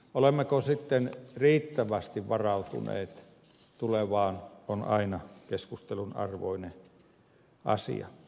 olemmeko sitten riittävästi varautuneet tulevaan on aina keskustelun arvoinen asia